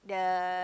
the